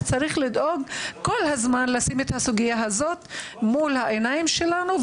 וצריך לדאוג כל הזמן לשים את הסוגיה הזו מול העיניים שלנו,